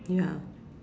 ya